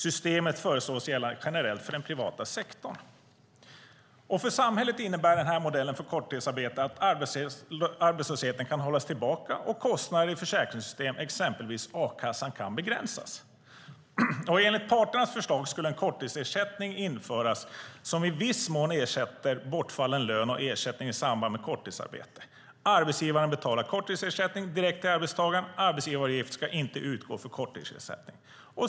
Systemet föreslås gälla generellt för den privata sektorn. För samhället innebär den här modellen för korttidsarbete att arbetslösheten kan hållas tillbaka och kostnader i försäkringssystem, exempelvis a-kassan, kan begränsas. Enligt parternas förslag skulle en korttidsersättning införas som i viss mån ersätter bortfallen lön och ersättning i samband med korttidsarbete. Arbetsgivaren betalar korttidsersättning direkt till arbetstagaren. Arbetsgivaravgift ska inte utgå för korttidsersättning.